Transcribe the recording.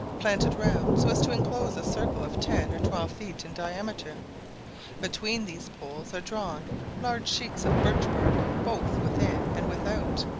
planted round so as to enclose a circle of ten or twelve feet in diameter between these poles are drawn large sheets of birch bark both within and without,